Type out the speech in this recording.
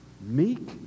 meek